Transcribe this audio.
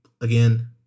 Again